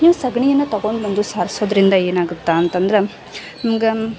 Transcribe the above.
ಈ ಸಗಣಿಯನ್ನ ತಗೊಂಡು ಬಂದು ಸಾರ್ಸೊದರಿಂದ ಏನಾಗುತ್ತೆ ಅಂತಂದ್ರೆ ನಮ್ಗೆ